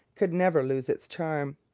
could never lose its charm.